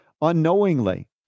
unknowingly